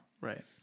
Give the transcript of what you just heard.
Right